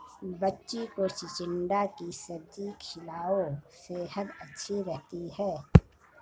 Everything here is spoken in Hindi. बच्ची को चिचिण्डा की सब्जी खिलाओ, सेहद अच्छी रहती है